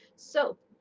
so!